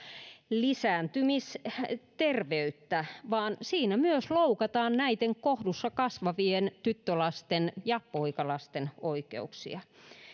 lisääntymisterveyttä vaan siinä myös loukataan näiden kohdussa kasvavien tyttölasten ja poikalasten oikeuksia